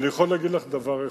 אני יכול לומר לך דבר אחד,